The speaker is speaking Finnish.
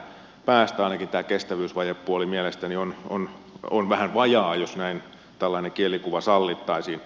ainakin tämä kestävyysvajepuoli mielestäni on vähän vajaa jos tällainen kielikuva sallittaisiin